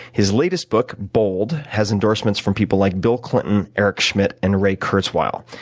his latest book, bold, has endorsements from people like bill clinton, eric schmidt, and ray kurzweil.